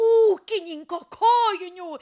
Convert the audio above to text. ūkininko kojinių